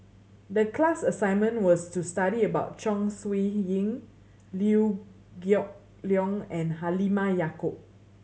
the class assignment was to study about Chong Siew Ying Liew Geok Leong and Halimah Yacob